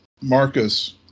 Marcus